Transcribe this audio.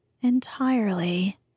entirely